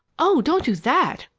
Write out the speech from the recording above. oh, don't do that!